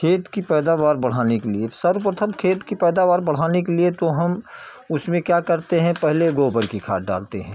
खेत की पैदावार बढ़ाने के लिए सर्वप्रथम खेत की पैदावार बढ़ाने के लिए तो हम उसमें क्या करते हैं पहले गोबर की खाद डालते हैं